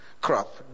crop